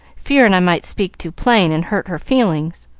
fearing i might speak too plain, and hurt her feelings.